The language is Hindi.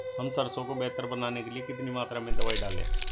हम सरसों को बेहतर बनाने के लिए कितनी मात्रा में दवाई डालें?